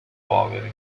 poveri